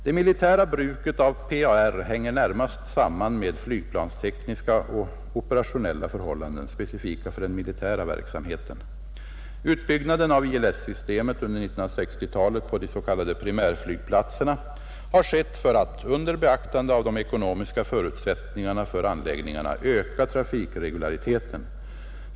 Det militära bruket av PAR hänger närmast samman med flygplanstekniska och operationella förhållanden, specifika för den militära verksamheten. Utbyggnaden av ILS-systemet under 1960-talet på de s.k. primärflygplatserna har skett för att — under beaktande av de ekonomiska förutsättningarna för anläggningarna — öka trafikregulariteten.